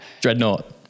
Dreadnought